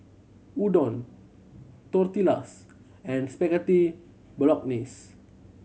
Udon Tortillas and Spaghetti Bolognese